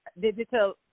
Digital